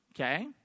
Okay